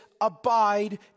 abide